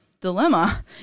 dilemma